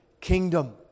kingdom